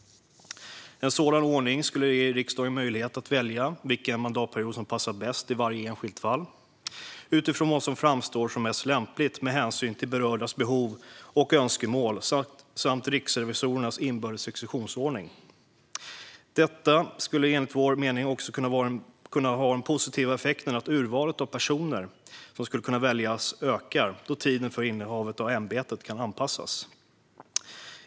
En sådan ordning skulle ge riksdagen möjlighet att välja vilken mandatperiod som passar bäst i varje enskilt fall utifrån vad som framstår som mest lämpligt med hänsyn till berördas behov och önskemål samt riksrevisorernas inbördes successionsordning. Detta skulle enligt vår mening också kunna ha den positiva effekten att urvalet av personer som kan väljas ökar, då tiden för innehavet av ämbetet kan anpassas.